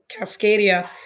Cascadia